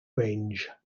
range